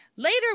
Later